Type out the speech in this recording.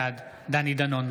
בעד דני דנון,